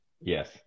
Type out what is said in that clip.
Yes